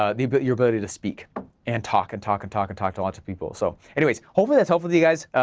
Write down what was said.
ah but your ability to speak and talk and talk and talk and talk to lots of people, so, anyways, hopefully that's helpful to you guys.